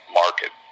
market